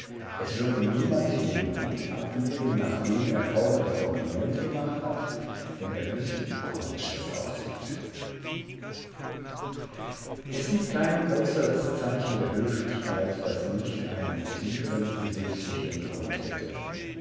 es würde niemand den hut ablegen nachdem er kaum das kompliment gemacht hat wenn er wüßte wie komisch das aussieht es gibt kein äußeres zeichen der höflichkeit das nicht einen tiefen sittlichen grund hätte